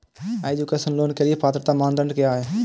Education loan के लिए पात्रता मानदंड क्या है?